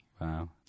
Wow